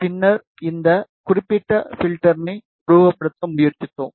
பின்னர் இந்த குறிப்பிட்ட பில்டர்னை உருவகப்படுத்த முயற்சித்தோம்